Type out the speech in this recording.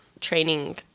training